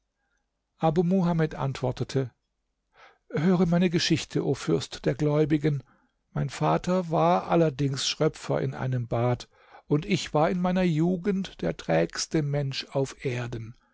abu muhamed antwortete höre meine geschichte o fürst der gläubigen mein vater war allerdings schröpfer in einem bad und ich war in meiner jugend der trägste mensch auf erden